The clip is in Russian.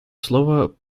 слово